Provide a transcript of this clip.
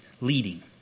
leading